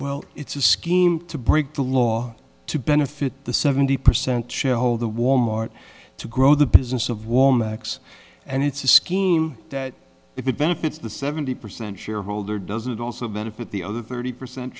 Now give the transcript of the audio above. well it's a scheme to break the law to benefit the seventy percent shareholder wal mart to grow the business of war max and it's a scheme that if it benefits the seventy percent shareholder doesn't also benefit the other thirty percent